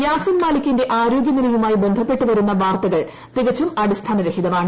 യാസിൻ മാലിക്കിന്റെ ആരോഗ്യനിലയുമായി ബന്ധപ്പെട്ടു വരുന്ന വാർത്തകൾ തികച്ചും അടിസ്ഥാനരഹിതമാണ്